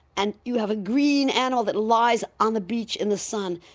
and you have a green animal that lies on the beach in the sun.